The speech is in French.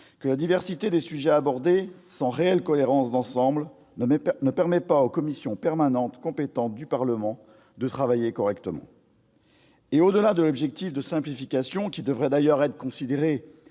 que la diversité des sujets abordés, sans réelle cohérence d'ensemble, ne permet pas aux commissions permanentes compétentes du Parlement de travailler correctement. Au-delà de l'objectif de simplification, qui devrait d'ailleurs être considéré